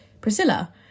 priscilla